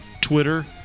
Twitter